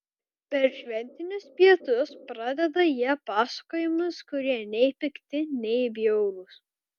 per šventinius pietus pradeda jie pasakojimus kurie nei pikti nei bjaurūs